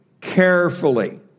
carefully